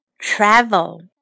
travel